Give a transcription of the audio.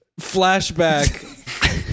Flashback